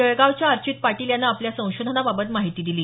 जळगाच्या अर्चित पाटील याने आपल्या संशोधनाबाबत माहिती दिली